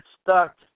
stuck